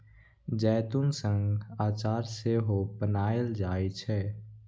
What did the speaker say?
जैतून सं अचार सेहो बनाएल जाइ छै